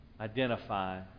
Identify